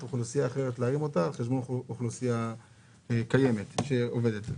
להרים אוכלוסייה אחת על חשבון אוכלוסייה קיימת שעובדת.